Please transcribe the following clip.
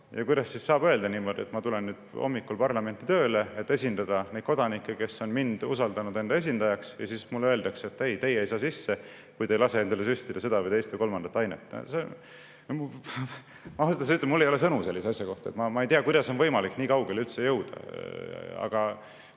Kuidas saab siis [olla] niimoodi, et ma tulen hommikul parlamenti tööle, et esindada neid kodanikke, kes on mind usaldanud enda esindajaks, ja siis mulle öeldakse: "Ei, teie ei saa sisse, kui te ei lase endale süstida seda või teist või kolmandat ainet." Ausalt öeldes mul ei ole sõnu sellise asja kohta. Ma ei tea, kuidas on võimalik nii kaugele üldse jõuda. Aga